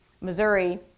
Missouri